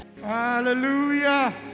Hallelujah